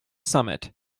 summit